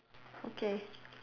okay